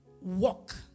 walk